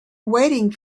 waiting